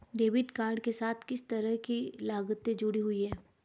Debit card के साथ किस तरह की लागतें जुड़ी हुई हैं?